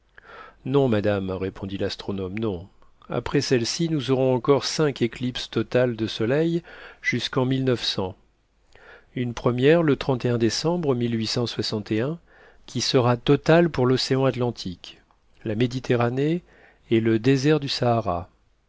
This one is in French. non madame répondit l'astronome non après celle-ci nous aurons encore cinq éclipses totales de soleil jusqu'en une première le décembre qui sera totale pour l'océan atlantique la méditerranée et le désert de sahara